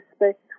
respect